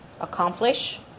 accomplish